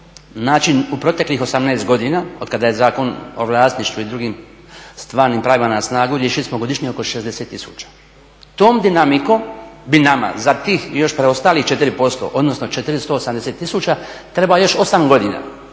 način u proteklih 18 godina otkada je Zakon o vlasništvu i drugim stvarnim pravima na snazi, riješili smo godišnje oko 60 tisuća. Tom dinamikom bi nama za tih još preostalih 4% odnosno 480 tisuća trebalo još 8 godina.